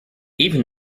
even